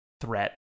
threat